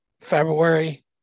February